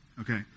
Okay